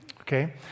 okay